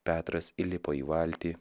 petras įlipo į valtį